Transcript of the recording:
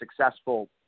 successful